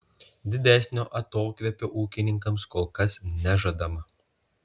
didesnio atokvėpio ūkininkams kol kas nežadama